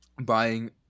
buying